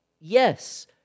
Yes